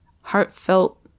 heartfelt